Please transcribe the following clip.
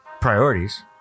priorities